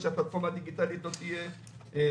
שהפלטפורמה הדיגיטלית הזאת תהיה מושלמת.